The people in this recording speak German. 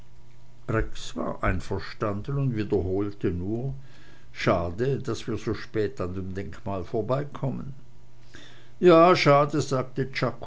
war einverstanden und wiederholte nur schade daß wir so spät an dem denkmal vorbeikommen ja schade sagte